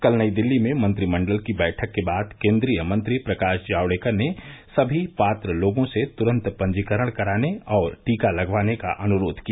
कल नई दिल्ली में मंत्रिमंडल की बैठक के बाद केंद्रीय मंत्री प्रकाश जावड़ेकर ने समी पात्र लोगों से तुरंत पंजीकरण कराने और टीका लगवाने का अनुरोध किया